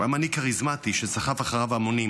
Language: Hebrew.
הוא היה מנהיג כריזמטי שסחף אחריו המונים,